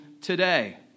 today